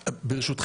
יובל.